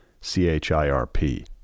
C-H-I-R-P